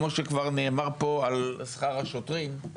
כמו שכבר נאמר פה על שכר השוטרים,